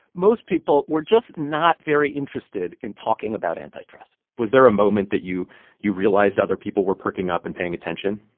most people were just not very interested in talking about antitrust was there a moment that you realized realized other people were perking up and paying attention?